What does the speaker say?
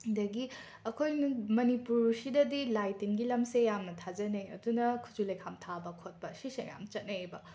ꯑꯗꯒꯤ ꯑꯩꯈꯣꯏꯅ ꯃꯅꯤꯄꯨꯔꯁꯤꯗꯗꯤ ꯂꯥꯏ ꯇꯤꯟꯒꯤ ꯂꯝꯁꯦ ꯌꯥꯝꯅ ꯊꯥꯖꯅꯩ ꯑꯗꯨꯅ ꯈꯨꯖꯨ ꯂꯩꯈꯥꯝ ꯊꯥꯕ ꯈꯣꯠꯄ ꯁꯤꯁꯦ ꯌꯥꯝꯅ ꯆꯠꯅꯩꯌꯦꯕ